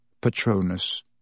Patronus